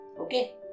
Okay